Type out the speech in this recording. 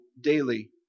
daily